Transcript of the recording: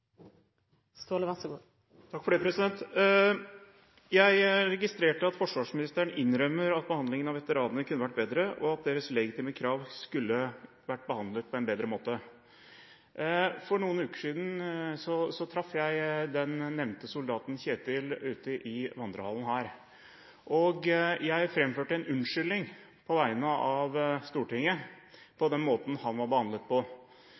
seks år. Så kan det være mange grunner for at en saksbehandlingstid blir lang, men det skal altså ikke være slik. Jeg registrerte at forsvarsministeren innrømmer at behandlingen av veteranene kunne vært bedre, og at deres legitime krav skulle vært behandlet på en bedre måte. For noen uker siden traff jeg den nevnte soldaten, Kjetil, ute i vandrehallen. Jeg framførte en unnskyldning på vegne av Stortinget for den måten han var